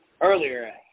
earlier